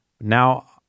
now